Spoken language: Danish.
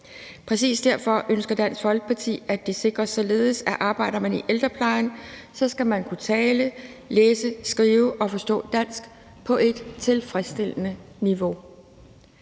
Præcis derfor ønsker Dansk Folkeparti, at det sikres, at man, hvis man arbejder i ældreplejen, skal kunne tale, læse, skrive og forstå dansk på et tilfredsstillende niveau.